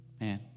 Man